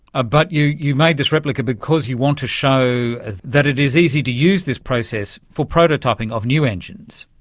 ah but you you made this replica because you want to show that it is easy to use this process for prototyping of new engines.